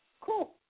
Cool